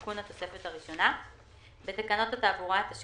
אנחנו דנים בהצעת תקנות התעבורה (תיקון מס'),